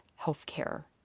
healthcare